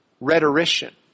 rhetorician